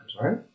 right